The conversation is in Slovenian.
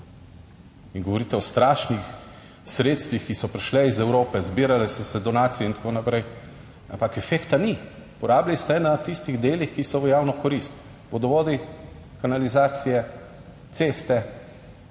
In govorite o strašnih sredstvih, ki so prišle iz Evrope, zbirale so se donacije in tako naprej, ampak efekta ni. Porabili ste na tistih delih, ki so v javno korist, vodovodi, kanalizacije, ceste,